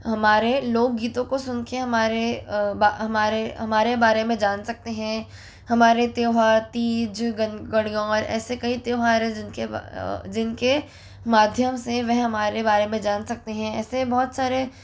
हमारे लोकगीतों को सुनके हमारे हमारे हमारे बारे में जान सकते हैं हमारे त्यौहार तीज गणगौर ऐसे कई त्यौहार है जिनके जिनके माध्यम से वह हमारे बारे में जान सकते हैं ऐसे बहुत सारे